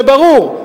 זה ברור,